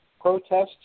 Protests